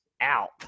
out